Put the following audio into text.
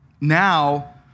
Now